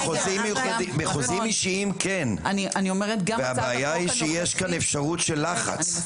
בחוזים אישיים כן והבעיה היא שיש כאן אפשרות של לחץ.